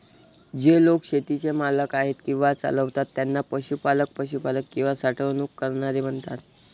जे लोक शेतीचे मालक आहेत किंवा चालवतात त्यांना पशुपालक, पशुपालक किंवा साठवणूक करणारे म्हणतात